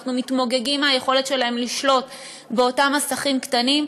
אנחנו מתמוגגים מהיכולת שלהם לשלוט באותם מסכים קטנים,